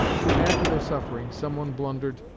to add to their suffering, someone blundered,